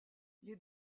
les